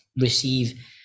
receive